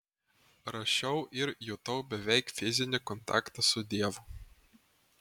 rašiau ir jutau beveik fizinį kontaktą su dievu